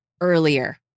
earlier